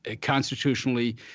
constitutionally –